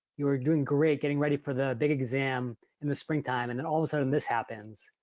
you were doing great getting ready for the big exam in the spring time, and then all of a sudden this happens.